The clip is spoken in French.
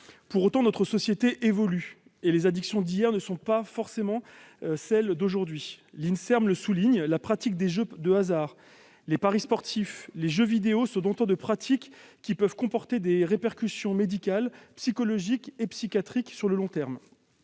Cependant, notre société évolue et les addictions d'hier ne sont pas forcément celles d'aujourd'hui. L'Inserm le souligne, la pratique des jeux de hasard, les paris sportifs, les jeux vidéo sont autant de pratiques qui peuvent avoir des répercussions médicales, psychologiques et psychiatriques sur le long terme.